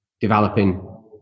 developing